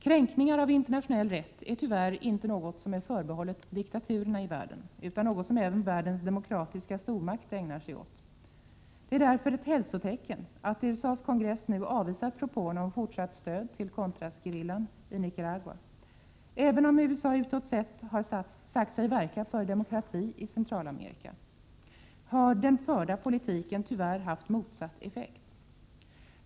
Kränkningar av internationell rätt är tyvärr inte något som är förbehållet diktaturerna i världen, utan något som även världens demokratiska stormakt ägnat sig åt. Det är därför ett hälsotecken att USA:s kongress nu avvisat propåerna om fortsatt stöd till contrasgerillan i Nicaragua. Även om USA utåt sett har sagt sig verka för demokrati i Centralamerika, har den förda politiken tyvärr haft motsatt effekt.